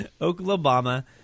Oklahoma